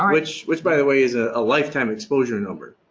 um which which by the way is ah a lifetime exposure number.